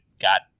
got